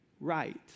right